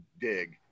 dig